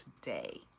today